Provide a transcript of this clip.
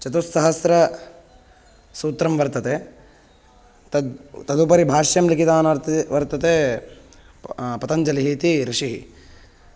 चतुस्सहस्रं सूत्रं वर्तते तद् तदुपरि भाष्यं लिखितवान् वर्तते पतञ्जलिः इति ऋषिः